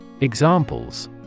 Examples